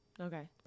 Okay